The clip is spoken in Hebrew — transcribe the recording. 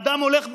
אדם הולך ברחוב,